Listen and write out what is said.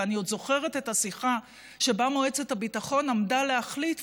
ואני עוד זוכרת את השיחה שבה מועצת הביטחון עמדה להחליט,